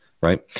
Right